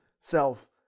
self